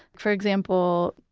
for example,